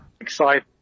exciting